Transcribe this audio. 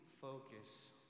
focus